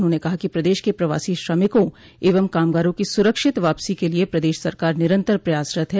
उन्होंने कहा कि प्रदेश के प्रवासी श्रमिकों एवं कामगारों की सुरक्षित वापसी के लिए प्रदेश सरकार निरन्तर प्रयासरत है